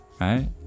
right